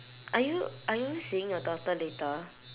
are you are you seeing your daughter later